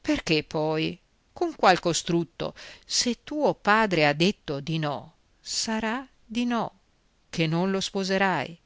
perché poi con qual costrutto se tuo padre ha detto di no sarà di no che non lo sposerai